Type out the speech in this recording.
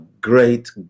great